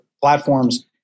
platforms